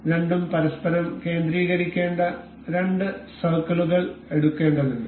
അതിനാൽ രണ്ടും പരസ്പരം കേന്ദ്രീകരിക്കേണ്ട രണ്ട് സർക്കിളുകൾ എടുക്കേണ്ടതുണ്ട്